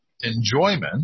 enjoyment